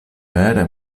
vere